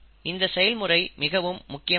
இந்த செயல்முறை மிகவும் முக்கியமானது